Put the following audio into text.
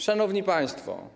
Szanowni Państwo!